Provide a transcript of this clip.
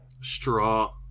Straw